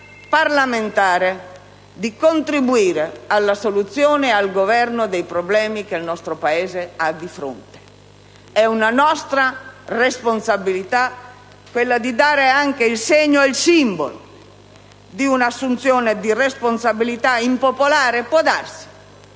parlamentare di contribuire alla soluzione e al governo dei problemi che il nostro Paese ha di fronte. È nostra responsabilità dare anche il segno e il simbolo di un'assunzione di responsabilità impopolare,